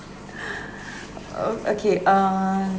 o~ okay uh